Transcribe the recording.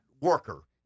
worker